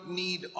need